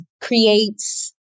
creates